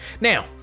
Now